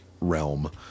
realm